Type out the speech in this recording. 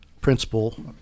principle